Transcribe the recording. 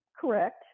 correct